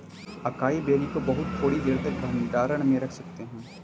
acai berry को बहुत थोड़ी देर तक भंडारण में रख सकते हैं